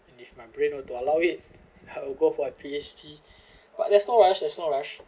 and if my brain were to allow it I'll go for P_H_D but there's no rush there's no rush